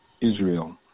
Israel